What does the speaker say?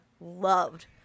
loved